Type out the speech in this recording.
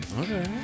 Okay